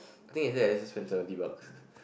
I think yesterday I just spent seventy bucks